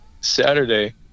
saturday